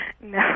No